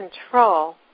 control